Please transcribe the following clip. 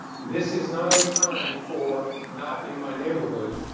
this is not a time for, not in my neighborhood,